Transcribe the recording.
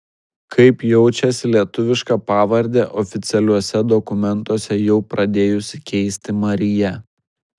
kaip jaučiasi lietuvišką pavardę oficialiuose dokumentuose jau pradėjusi keisti marija